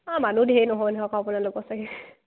অঁ মানুহ ঢ়েৰ নহয় নহয় আপোনালোকৰ চাগে